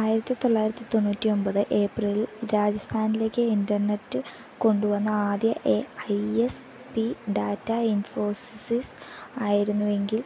ആയിരത്തി തൊള്ളായിരത്തി തൊണ്ണൂറ്റി ഒമ്പത് ഏപ്രിലിൽ രാജസ്ഥാനിലേക്ക് ഇന്റർനെറ്റ് കൊണ്ടുവന്ന ആദ്യ A I S P data Infosys ആയിരുന്നുവെങ്കില്